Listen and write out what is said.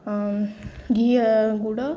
ଘିଅ ଗୁଡ଼